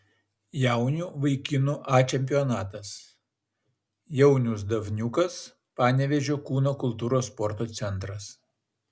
jaunių vaikinų a čempionatas jaunius davniukas panevėžio kūno kultūros sporto centras